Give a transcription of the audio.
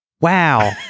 wow